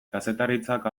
kazetaritzak